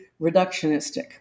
reductionistic